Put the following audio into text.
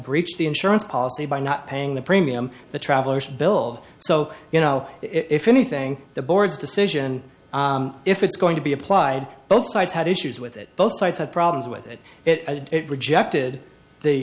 breached the insurance policy by not paying the premium the travelers billed so you know if anything the board's decision if it's going to be applied both sides had issues with it both sides had problems with it it rejected the